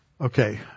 Okay